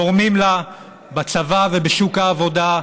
תורמים לה בצבא ובשוק העבודה,